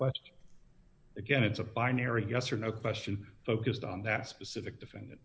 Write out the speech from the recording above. but again it's a binary yes or no question focused on that specific defend